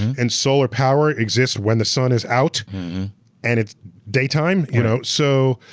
and solar power exists when the sun is out and it's daytime, you know so,